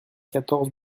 quatorze